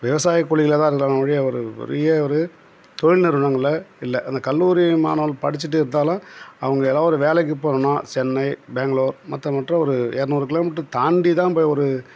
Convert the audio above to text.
விவசாயக்கூலிகளாக தான் இருக்கிறாங்க ஒழிய ஒரு பெரிய ஒரு தொழில் நிறுவனங்களில் இல்லை அந்த கல்லூரி மாணவர்கள் படிச்சுட்டே இருந்தாலும் அவங்க ஏதாவது ஒரு வேலைக்கு போகணுனா சென்னை பேங்களுர் மற்ற மற்ற ஒரு இரநூறு கிலோ மீட்ரு தாண்டி தான் போய் ஒரு